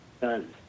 done